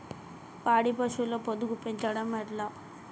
పాడి పశువుల పొదుగు పెంచడం ఎట్లా?